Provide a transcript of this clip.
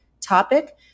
topic